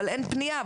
אין פנייה,